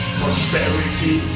prosperity